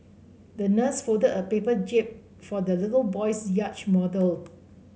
the nurse folded a paper jib for the little boy's yacht model